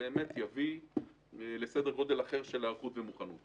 באמת יביא לסדר גודל אחר של היערכות ומוכנות.